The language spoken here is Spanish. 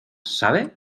sabe